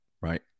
right